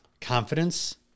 confidence